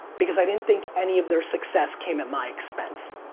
because i didn't think any of their success came at my expense.